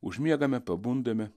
užmiegame pabundame